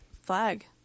flag